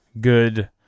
good